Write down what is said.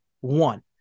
one